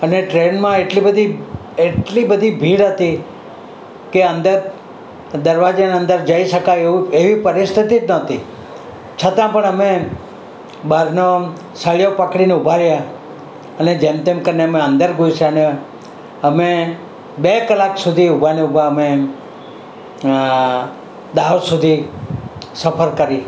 અને ટ્રેનમાં એટલી બધી એટલી બધી ભીડ હતી કે અંદર દરવાજાના અંદર જઈ શકાય એવું એવી પરિસ્થિતિ જ નહોતી છતાં પણ અમે બહારનો સળિયો પકડીને ઊભા રહ્યા અને જેમ તેમ કરીને અમે અંદર ઘૂસ્યા ને અમે બે કલાક સુધી ઊભાને ઊભા અમે દાહોદ સુધી સફર કરી